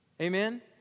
Amen